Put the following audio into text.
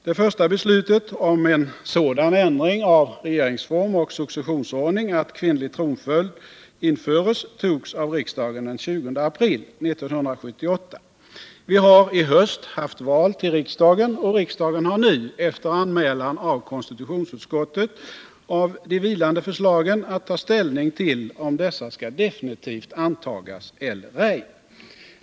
Det första beslutet om en sådan ändring av regeringsform och successionsordning att kvinnlig tronföljd införes togs av riksdagen den 20 april 1978. Vi har i höst haft val till riksdagen, och riksdagen har nu, efter anmälan från konstitutionsutskottet av de vilande förslagen, att ta ställning till om dessa skall definitivt antagas eller ej.